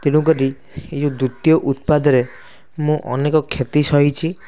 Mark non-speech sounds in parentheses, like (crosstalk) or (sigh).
ତେଣୁକରି ଏ (unintelligible) ଦ୍ୱିତୀୟ ଉତ୍ପାଦରେ ମୁଁ ଅନେକ କ୍ଷତି ସହିଛି